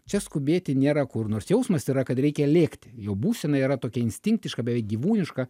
čia skubėti nėra kur nors jausmas yra kad reikia lėkti jo būsena yra tokia instinktiška beveik gyvūniška